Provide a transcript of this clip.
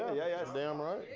yeah, yeah, damn right.